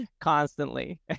constantly